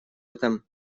этом